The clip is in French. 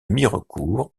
mirecourt